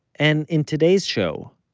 and in today's show,